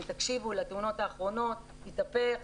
אם תקשיבו לתאונות האחרונות התהפך,